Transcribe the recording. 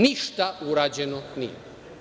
Ništa urađeno nije.